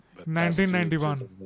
1991